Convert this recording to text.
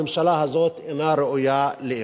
הממשלה הזאת אינה ראויה לאמון.